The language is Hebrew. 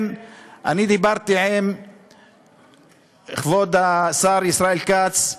דיברתי עם כבוד השר ישראל כץ,